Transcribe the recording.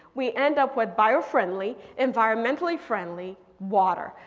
we end up with bio friendly environmentally friendly water.